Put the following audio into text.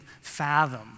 fathom